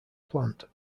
plant